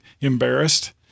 embarrassed